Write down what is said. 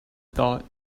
thought